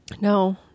No